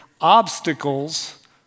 obstacles